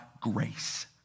grace